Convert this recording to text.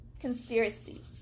conspiracy